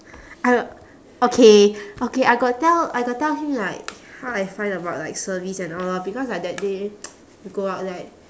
I okay okay I got tell I got tell him like how I find about like service and all lor because like that day we go out like